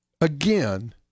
again